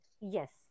Yes